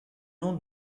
noms